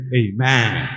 amen